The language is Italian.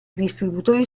distributori